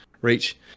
reach